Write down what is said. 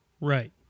Right